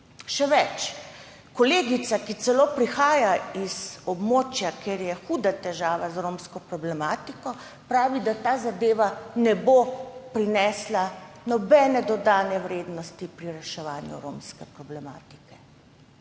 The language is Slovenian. Še več, kolegica, ki celo prihaja z območja, kjer je huda težava z romsko problematiko, pravi, da ta zadeva ne bo prinesla nobene dodane vrednosti pri reševanju romske problematike.